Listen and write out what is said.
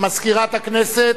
מזכירת הכנסת,